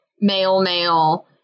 male-male